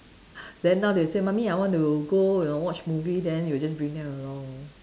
then now they say mummy I want to go you know watch movie then you'll just bring them along